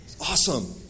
awesome